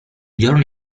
giorno